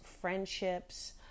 friendships